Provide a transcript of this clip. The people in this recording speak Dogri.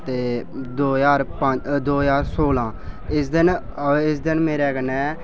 ते दो ज्हार पंज दो ज्हार सोला इस दिन इस दिन मेरे कन्नै